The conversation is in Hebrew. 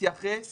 ולהתייחס